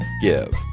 give